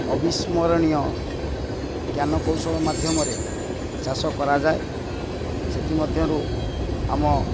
ଅବିସ୍ମରଣୀୟ ଜ୍ଞାନ କୌଶଳ ମାଧ୍ୟମରେ ଚାଷ କରାଯାଏ ସେଥିମଧ୍ୟରୁ ଆମ